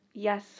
Yes